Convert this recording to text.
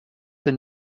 the